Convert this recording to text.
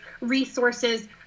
resources